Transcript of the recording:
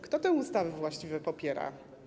Kto tę ustawę właściwie popiera?